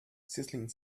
sizzling